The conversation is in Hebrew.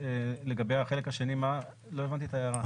לגבי החלק השני לא הבנתי את ההערה.